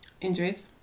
injuries